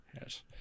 Yes